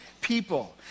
people